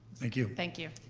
thank you. thank you.